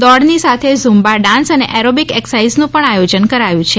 દોડની સાથે zumba dance અને aerobic એકસાઇઝનુ પણ આચોજન કરાયુ છે